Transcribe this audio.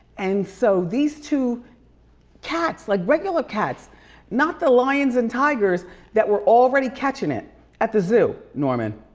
and so these two cats, like regular cats not the lions and tigers that were already catching it at the zoo, norman.